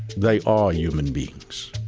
they are human beings.